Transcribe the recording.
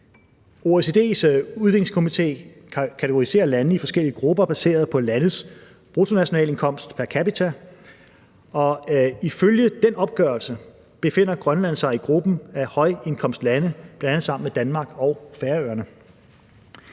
OECD's udviklingskomité kategoriserer lande i forskellige grupper baseret på landenes bruttonationalindkomst pr. capita, og ifølge den opgørelse befinder Grønland sig i gruppen af højindkomstlande, bl.a. sammen med Danmark og Færøerne.